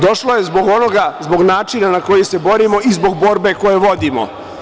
Došlo je zbog načina na koji se borimo i zbog borbe koju vodimo.